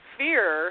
fear